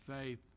faith